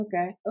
Okay